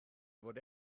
fod